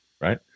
right